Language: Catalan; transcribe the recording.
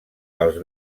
pels